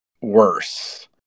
worse